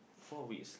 four wheels